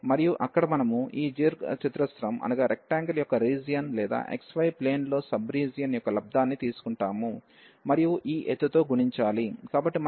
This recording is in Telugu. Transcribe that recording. మరియు అక్కడ మనము ఈ దీర్ఘ చతురస్రం యొక్క రీజియన్ లేదా xyప్లేన్ లో సబ్ రీజియన్ యొక్క లబ్దాన్ని తీసుకుంటాము మరియు ఈ ఎత్తుతో గుణించాలి